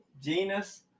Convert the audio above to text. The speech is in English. genus